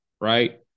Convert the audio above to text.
right